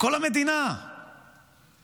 כל המדינה במלחמה,